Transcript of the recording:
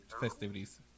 festivities